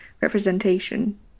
representation